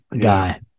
guy